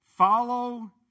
Follow